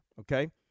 okay